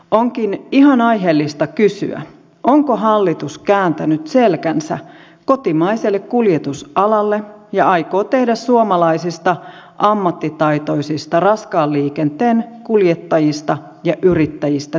onkin ihan aiheellista kysyä onko hallitus kääntänyt selkänsä kotimaiselle kuljetusalalle ja aikoo tehdä suomalaisista ammattitaitoisista raskaan liikenteen kuljettajista ja yrittäjistä työttömiä